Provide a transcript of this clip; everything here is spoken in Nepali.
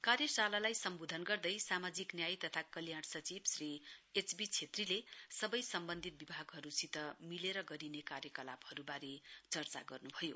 कार्यशालालाई सम्बोधन गर्दै सामाजित न्याय तथा कल्याण सचिव श्री एचबी छेत्रीले सबै सम्बन्धित विभागहरूसित मिलेर गरिने कार्यकलापहरूबारे चर्चा गर्नु भयो